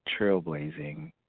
trailblazing